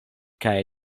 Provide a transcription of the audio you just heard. kaj